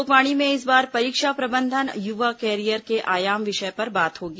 लोकवाणी में इस बार परीक्षा प्रबंधन और युवा कैरियर के आयाम विषय पर बात होगी